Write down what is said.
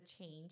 change